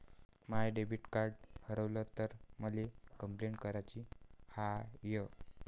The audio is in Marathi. माय डेबिट कार्ड हारवल तर मले कंपलेंट कराची हाय